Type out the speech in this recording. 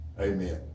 Amen